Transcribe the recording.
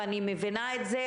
ואני מבינה את זה,